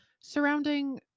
surrounding